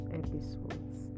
episodes